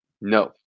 no